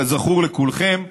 כזכור לכולכם,